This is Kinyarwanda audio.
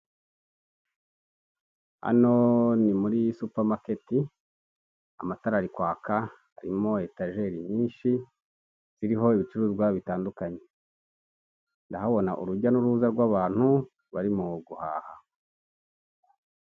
Hano ni muri supamaketi, amatara ari kwaka. Harimo etajeri nyinshi ziriho ibicuruzwa bitandukanye. Ndahabona urujya n'uruza rw'abantu, barimo guhaha.